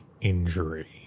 injury